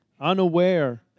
unaware